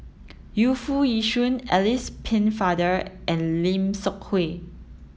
Yu Foo Yee Shoon Alice Pennefather and Lim Seok Hui